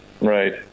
Right